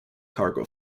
cargo